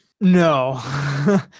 no